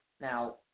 Now